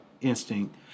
Instinct